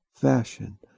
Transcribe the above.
fashion